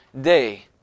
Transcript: day